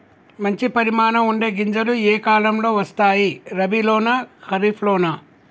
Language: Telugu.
మంచి పరిమాణం ఉండే గింజలు ఏ కాలం లో వస్తాయి? రబీ లోనా? ఖరీఫ్ లోనా?